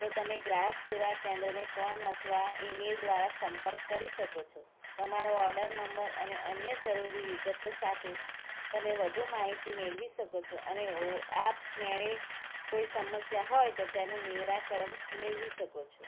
તો તમે ગ્રાહક સેવા કેન્દ્રને ફોન અથવા ઈમેલ દ્વારા સંપર્ક કરી શકો છો તમારો ઓડર નંબર અને અન્ય જરૂરી વિગતો સાથે તમે વધુ માહિતી મેળવી શકો છો અને આપમેળે કોઈ સમસ્યા હોય તો તેનું નિરાકરણ મેળવી શકો છો